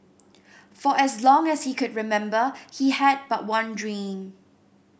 for as long as he could remember he had but one dream